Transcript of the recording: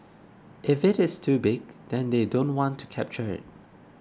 if it is too big then they don't want to capture it